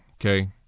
Okay